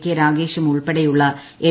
K രാഗേഷും ഉൾപ്പെടെയുള്ള M